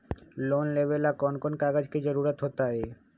Loan लेवेला कौन कौन कागज के जरूरत होतई?